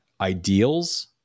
ideals